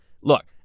Look